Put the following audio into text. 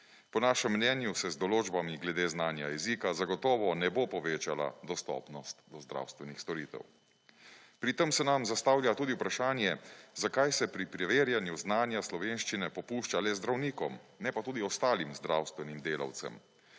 Po našem mnenju se z določbami glede znanja jezika zagotovo ne bo povečala dostopnost do zdravstvenih storitev. Pri tem se nam zastavlja tudi vprašanje zakaj se pri preverjanju znanja slovenščine popušča le zdravnikom ne pa tudi ostalim zdravstvenim delavcem,